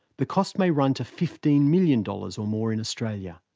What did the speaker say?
the cost may run to fifteen million dollars or more in australia.